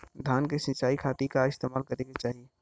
धान के सिंचाई खाती का इस्तेमाल करे के चाही?